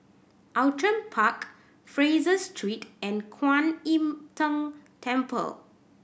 Outram Park Fraser Street and Kuan Im Tng Temple